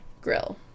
grill